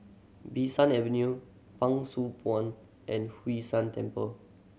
Bee San Avenue Pang Sua Pond and Hwee San Temple